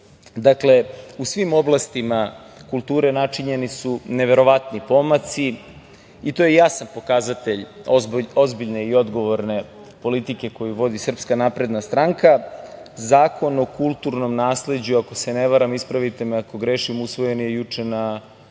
Srbiji. Dakle, u svim oblastima kulture načinjeni su neverovatni pomaci i to je jasan pokazatelj ozbiljne i odgovorne politike koju vodi SNS.Zakon o kulturnom nasleđu, ako se ne varam, ispravite me ako grešim, usvojen je juče na